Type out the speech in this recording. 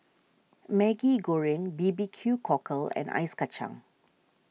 Maggi Goreng B B Q Cockle and Ice Kacang